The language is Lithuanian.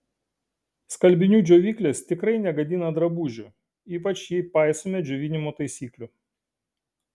skalbinių džiovyklės tikrai negadina drabužių ypač jei paisome džiovinimo taisyklių